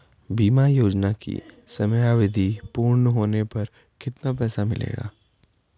बीमा योजना की समयावधि पूर्ण होने पर कितना पैसा मिलेगा?